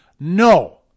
No